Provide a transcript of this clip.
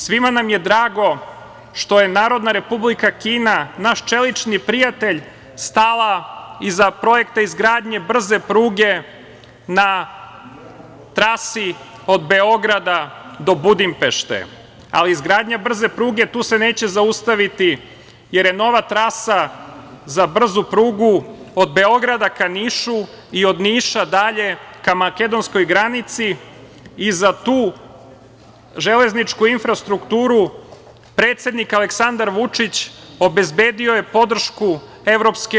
Svima nam je drago što je Narodna Republika Kina naš čelični prijatelj stala iza projekte izgradnje brze pruge, na trasi od Beograda do Budimpešte, ali izgradnja brze pruge, tu se neće zaustaviti, jer je nova trasa za brzu Prugu, od Beograda ka Nišu, i od Niša dalje ka makedonskoj granici, i za tu železničku infrastrukturu predsednik Aleksandar Vučić, obezbedio je podršku EU.